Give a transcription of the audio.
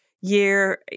year